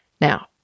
Now